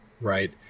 right